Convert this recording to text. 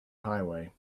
highway